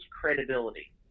credibility